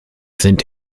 sind